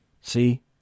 See